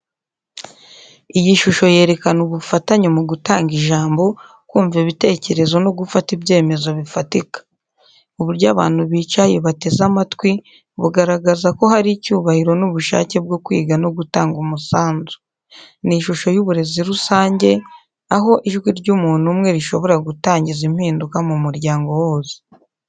Iyi shusho yerekana ubufatanye mu gutanga ijambo, kumva ibitekerezo, no gufata ibyemezo bifatika. Uburyo abantu bicaye bateze amatwi bugaragaza ko hari icyubahiro n’ubushake bwo kwiga no gutanga umusanzu. Ni ishusho y’uburezi rusange, aho ijwi ry’umuntu umwe rishobora gutangiza impinduka mu muryango wose.